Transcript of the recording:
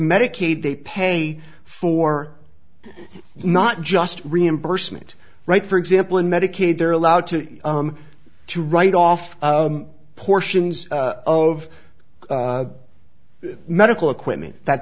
medicaid they pay for not just reimbursement right for example in medicaid they're allowed to to write off portions of medical equipment that